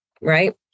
right